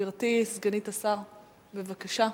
גברתי סגנית השר, בבקשה.